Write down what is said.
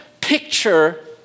picture